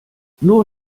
nur